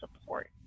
support